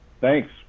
Thanks